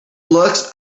looks